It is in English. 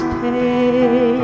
pay